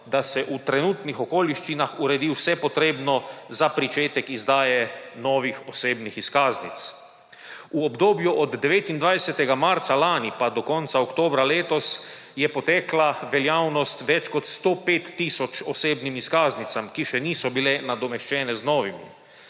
da se v trenutnih okoliščina uredi vse potrebno za pričetek izdaje novih osebnih izkaznic. V obdobju od 29. marca lani pa do konca oktobra letos je potekla veljavnost več kot 105 tisoč osebnim izkaznicam, ki še niso bile nadomeščene z novimi.